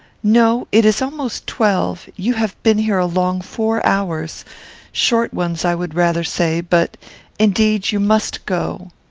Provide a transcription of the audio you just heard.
no it is almost twelve. you have been here a long four hours short ones i would rather say but indeed you must go.